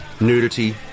nudity